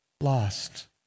Lost